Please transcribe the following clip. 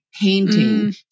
painting